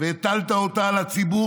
והטלת אותה על הציבור,